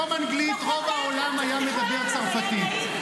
במקום אנגלית, רוב העולם היה מדבר צרפתית.